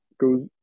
goes